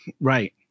Right